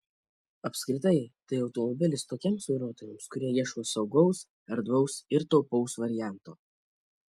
apskritai tai automobilis tokiems vairuotojams kurie ieško saugaus erdvaus ir taupaus varianto